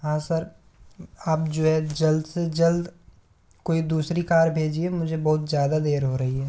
हाँ सर आप जो है जल्द से जल्द कोई दूसरी कार भेजिए मुझे बहुत ज़्यादा देर हो रही है